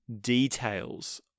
details